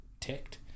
ticked